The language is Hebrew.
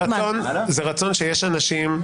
יש אנשים,